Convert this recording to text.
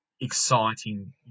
exciting